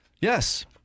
Yes